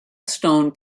stone